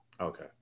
okay